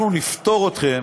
אנחנו נפטור אתכם